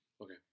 Okay